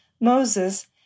Moses